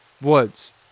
woods